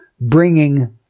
bringing